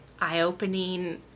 eye-opening